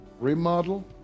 Remodel